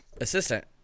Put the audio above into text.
assistant